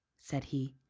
said he,